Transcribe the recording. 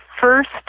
first